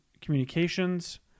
communications